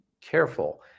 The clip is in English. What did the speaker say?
careful